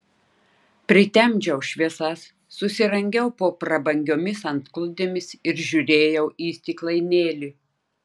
pritemdžiau šviesas susirangiau po prabangiomis antklodėmis ir žiūrėjau į stiklainėlį